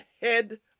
head